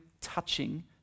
touching